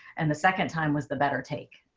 and the second time was the better take.